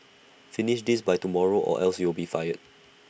finish this by tomorrow or else you'll be fired